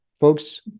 Folks